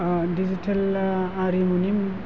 दिजितेलआ आरिमुनि